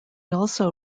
also